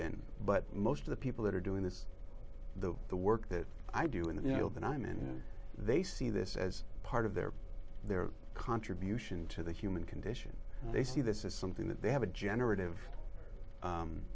in but most of the people that are doing this the the work that i do in the field and i'm and they see this as part of their their contribution to the human condition and they see this is something that they have a generati